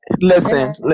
Listen